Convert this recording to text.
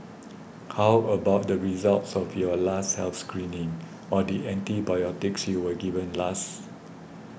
how about the results of your last health screening or the antibiotics you were given last